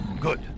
Good